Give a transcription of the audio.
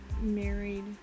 married